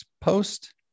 post